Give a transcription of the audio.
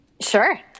sure